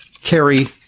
carry